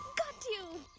got you!